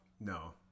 no